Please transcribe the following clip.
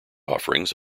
offerings